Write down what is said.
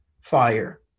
fire